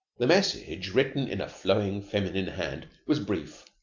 the message, written in a flowing feminine hand, was brief,